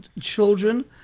children